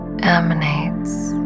emanates